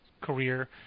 career